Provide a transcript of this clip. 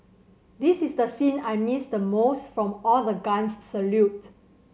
this is the scene I missed most from all the guns salute